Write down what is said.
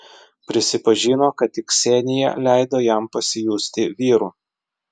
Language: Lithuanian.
prisipažino kad tik ksenija leido jam pasijusti vyru